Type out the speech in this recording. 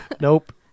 Nope